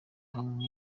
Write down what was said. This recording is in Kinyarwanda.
hamwe